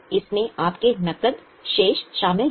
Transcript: इसमें आपके नकद शेष शामिल हैं